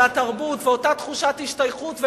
התרבות ואותה תחושת השתייכות.